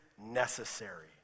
necessary